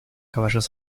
caballos